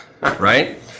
right